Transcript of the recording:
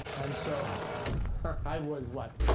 and so i was, what?